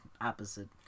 opposite